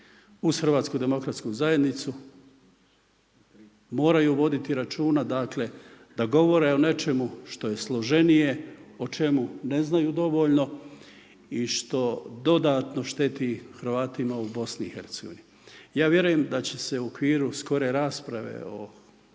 uz Hrvatsku demokratsku zajednicu, moraju voditi računa da govore o nečemu što je složenije o čemu ne znaju dovoljno i što dodatno šteti Hrvatima u Bosni i Hercegovini. Ja vjerujem da će se u okviru skore rasprave o položaju